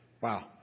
Wow